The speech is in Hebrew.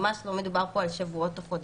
ממש לא מדובר פה על שבועות או על חודשים.